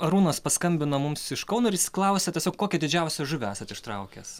arūnas paskambino mums iš kauno ir jis klausia tiesiog kokią didžiausią žuvį esat ištraukęs